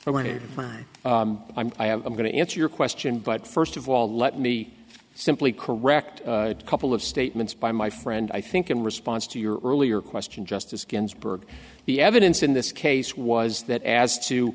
wanted i'm going to answer your question but first of all let me simply correct a couple of statements by my friend i think in response to your earlier question justice ginsburg the evidence in this case was that as to